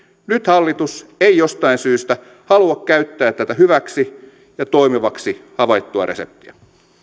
nyt hallitus ei jostain syystä halua käyttää tätä hyväksi ja toimivaksi havaittua reseptiä